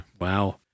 Wow